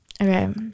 Okay